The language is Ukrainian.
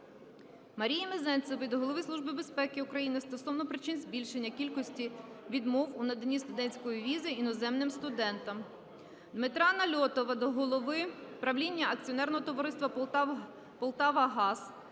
Марії Мезенцевої до Голови Служби безпеки України стосовно причин збільшення кількості відмов у наданні студентської візи іноземним студентам. Дмитра Нальотова до голови правління Акціонерного товариства "Полтавагаз"